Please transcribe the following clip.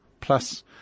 Plus